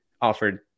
offered